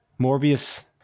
Morbius